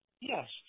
Yes